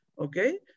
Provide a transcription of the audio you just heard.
okay